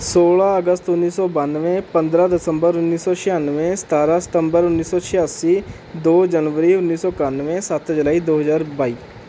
ਸੋਲ੍ਹਾਂ ਅਗਸਤ ਉੱਨੀ ਸੌ ਬਾਨਵੇਂ ਪੰਦਰਾਂ ਦਸੰਬਰ ਉੱਨੀ ਸੌ ਛਿਆਨਵੇਂ ਸਤਾਰਾਂ ਸਤੰਬਰ ਉੱਨੀ ਸੌ ਛਿਆਸੀ ਦੋ ਜਨਵਰੀ ਉੱਨੀ ਸੌ ਇਕਾਨਵੇਂ ਸੱਤ ਜੁਲਾਈ ਦੋ ਹਜ਼ਾਰ ਬਾਈ